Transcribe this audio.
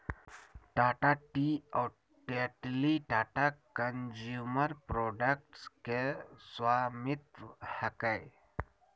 Tata tea और Tetley Tata consumer products के स्वामित्व हकय